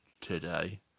today